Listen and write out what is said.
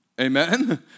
amen